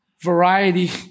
variety